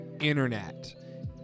internet